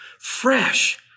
fresh